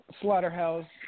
Slaughterhouse